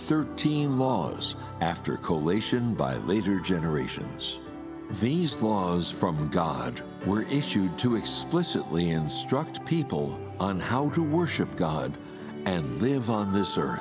thirteen laws after coalition by later generations these laws from god were issued to explicitly instruct people on how to worship god and live on this e